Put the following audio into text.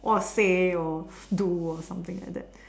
or say or do or something like that